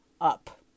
up